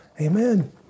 Amen